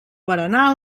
berenar